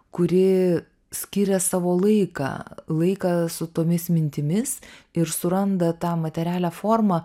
kuri skiria savo laiką laiką su tomis mintimis ir suranda tą materialią formą